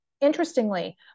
Interestingly